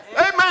Amen